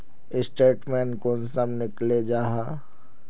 Statement कुंसम निकले जाहा?